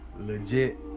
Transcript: legit